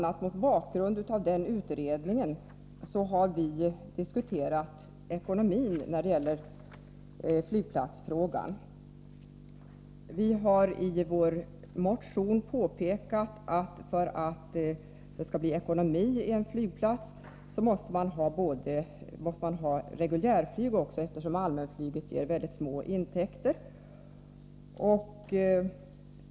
a. mot bakgrund av denna utredning har vi moderater diskuterat ekonomin när det gäller flygplatsfrågan. Vi har i vår motion påpekat att för att det skall bli god ekonomi i en flygplats måste man ha reguljärflyg också, eftersom allmänflyget ger så små intäkter.